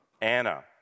Anna